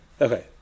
Okay